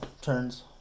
turns